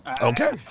Okay